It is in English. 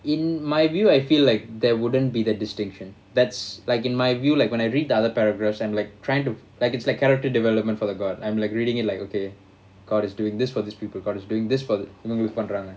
in my view I feel like there wouldn't be the distinction that's like in my view like when I read the other paragraphs and like trying to like it's like character development for the god I'm like reading it like okay god is doing this for these people got is doing this for இந்தமாதிரிபண்ணறாங்க:inthamathiri pannaranga